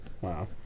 Wow